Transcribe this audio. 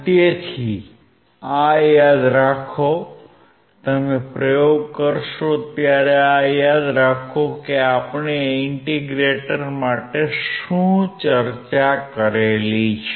તેથી આ યાદ રાખો તમે પ્રયોગો કરશો ત્યારે આ યાદ રાખો કે આપણે ઇન્ટીગ્રેટર માટે શું ચર્ચા કરી છે